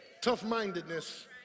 Tough-mindedness